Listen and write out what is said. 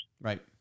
Right